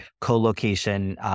co-location